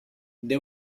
they